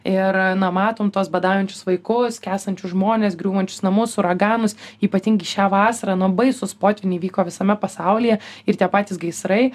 ir na matom tuos badaujančius vaikus skęstančius žmones griūvančius namus uraganus ypatingai šią vasarą nu baisūs potvyniai vyko visame pasaulyje ir tie patys gaisrai